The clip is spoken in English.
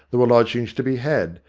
there were lodgings to be had,